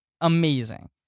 amazing